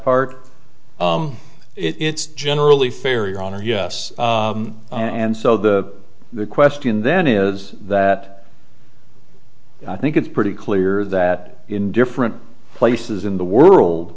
part it's generally fair your honor yes and so the question then is that i think it's pretty clear that in different places in the world